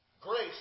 Grace